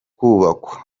kubakwa